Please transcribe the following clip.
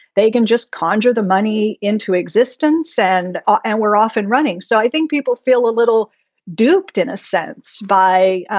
they can just conjure the money into existence and ah and we're off and running. so i think people feel a little duped in a sense by,